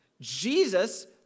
Jesus